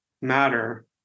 matter